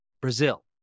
Brazil